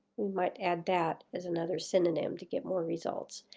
we might add that as another synonym to get more results.